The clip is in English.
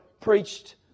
preached